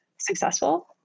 successful